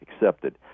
accepted